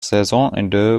saisonende